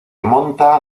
monta